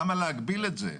למה להגביל את זה?